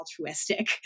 altruistic